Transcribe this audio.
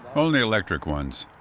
only electric ones.